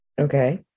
Okay